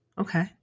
Okay